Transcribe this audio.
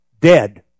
dead